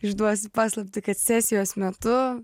išduosiu paslaptį kad sesijos metu